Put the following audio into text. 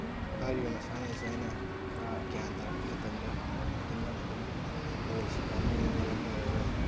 ꯍꯥꯏꯔꯤꯕ ꯃꯁꯥꯟꯅ ꯑꯁꯤ ꯑꯩꯅ ꯈꯔ ꯒ꯭ꯌꯥꯟ ꯇꯥꯔꯛꯄ ꯃꯇꯝꯗ ꯑꯗꯨꯃꯛ ꯑꯗꯨꯝ ꯕꯣꯜꯁꯤ ꯀꯥꯎꯅꯤꯡꯕꯅ ꯃꯔꯝ ꯑꯣꯏꯔꯒ